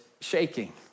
shaking